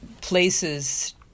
places